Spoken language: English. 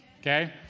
Okay